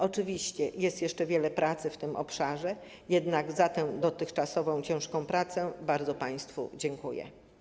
Oczywiście jest jeszcze wiele pracy w tym obszarze, jednak za tę dotychczasową, ciężką pracę bardzo państwu dziękuję.